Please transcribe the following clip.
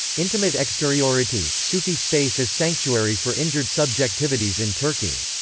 intimate exteriority sufi space as sanctuary for injured subjectivities in turkey.